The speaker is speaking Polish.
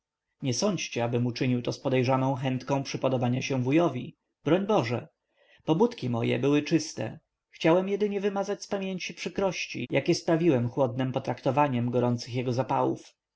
nie sądźcie abym uczynił to z podejrzaną chętką przypodobania się wujowi broń boze pobudki moje były czyste chciałem jedynie wymazać z pamięci przykrości jakie sprawiałem chłodnem traktowaniem gorących jego zapałów